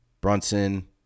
Brunson